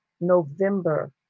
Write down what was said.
November